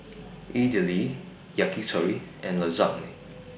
Idili Yakitori and Lasagne